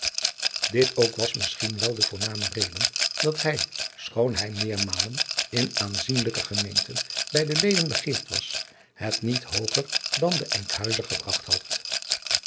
dit ook was misschien wel de voorname reden adriaan loosjes pzn het leven van hillegonda buisman dat hij schoon hij meermalen in aanzienlijker gemeenten bij de leden begeerd was het niet hooger dan de enkhuizer gebragt had